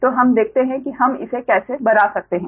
तो हम देखते हैं कि हम इसे कैसे बना सकते हैं